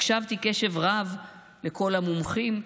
הקשבתי קשב רב לכל המומחים,